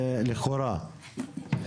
לכאורה,